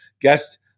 Guest